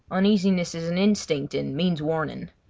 uneasiness is an instinct and means warning.